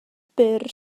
byr